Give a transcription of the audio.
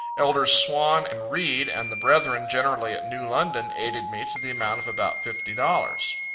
elders swan and read, and the brethren generally at new london, aided me to the amount of about fifty dollars.